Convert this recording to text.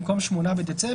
במקום 8 בדצמבר,